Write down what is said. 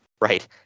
Right